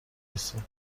رسه